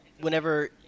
whenever